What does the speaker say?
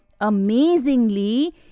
amazingly